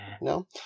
No